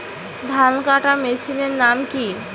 ধান কাটার মেশিনের নাম কি?